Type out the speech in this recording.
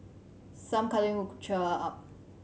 some cuddling could cheer her up